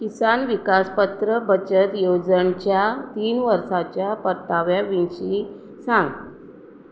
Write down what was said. किसान विकास पत्र बचत येवजणच्या तीन वर्साच्या परताव्या विशीं सांग